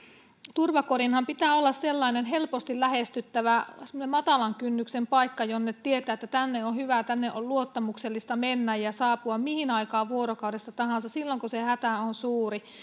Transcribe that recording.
turvakodinhan pitää olla sellainen helposti lähestyttävä semmoinen matalan kynnyksen paikka josta tietää että tänne on hyvä tänne on luottamuksellista mennä ja saapua mihin aikaan vuorokaudesta tahansa silloin kun se hätä on suuri